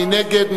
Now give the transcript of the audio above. מי נגד?